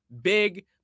big